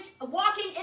walking